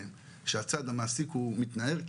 שהצד המעסיק הוא מתנער,